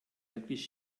wirklich